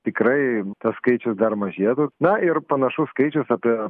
tikrai tas skaičius dar mažėtų na ir panašus skaičius apie